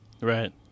Right